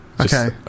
Okay